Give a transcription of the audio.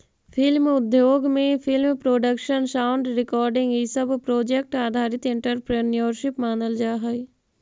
film उद्योग में film production sound recording इ सब प्रोजेक्ट आधारित एंटरप्रेन्योरशिप मानल जा हई